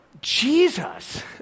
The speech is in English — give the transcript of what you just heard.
Jesus